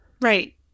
right